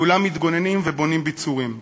כולם מתגוננים, בונים ביצורים.